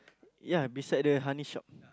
ya beside the honey shop